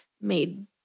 made